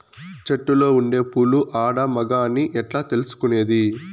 చెట్టులో ఉండే పూలు ఆడ, మగ అని ఎట్లా తెలుసుకునేది?